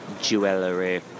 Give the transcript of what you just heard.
Jewelry